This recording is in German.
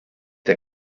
der